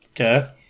Okay